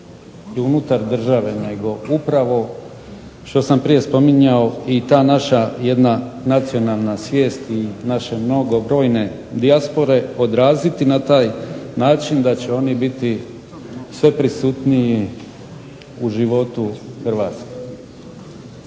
i unutar države i upravo što sam prije spominjao i ta naša jedna nacionalna svijest i naše mnogobrojne dijaspore odraziti na taj način da će oni biti sve prisutniji u životu Hrvatske.